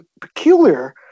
peculiar